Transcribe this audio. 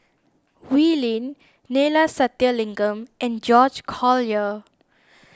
Wee Lin Neila Sathyalingam and George Collyer